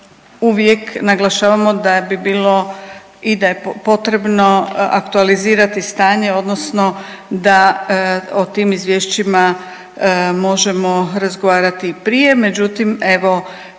uvijek naglašavamo da bi bilo i da je potrebno aktualizirati stanje odnosno da o tim izvješćima možemo razgovarati i prije, međutim evo